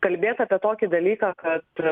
kalbėt apie tokį dalyką kad